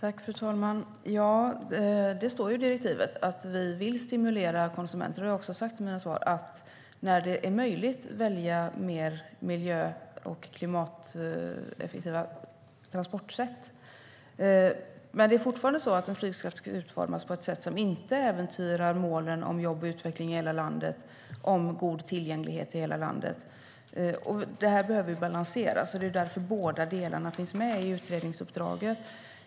Fru talman! Det står i direktivet att vi vill stimulera konsumenter. Jag har också sagt att när det är möjligt bör man välja mer miljö och klimateffektiva transportsätt. Men det är fortfarande så att en flygskatt ska utformas på ett sätt som inte äventyrar målen om jobb och utveckling samt god tillgänglighet i hela landet. De behöver balanseras, och det är därför båda delarna finns med i utredningsuppdraget.